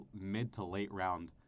mid-to-late-round